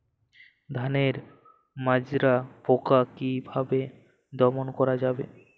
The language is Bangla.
ধানের মাজরা পোকা কি ভাবে দমন করা যাবে?